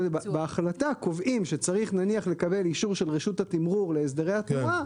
בהחלטה קובעים שצריך נניח לקבל אישור של רשות התמרור להסדרי התנועה,